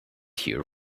here